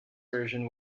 version